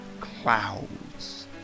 clouds